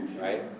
right